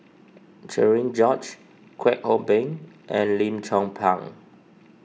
Cherian George Kwek Hong Png and Lim Chong Pang